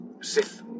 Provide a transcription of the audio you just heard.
Sith